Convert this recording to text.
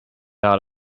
out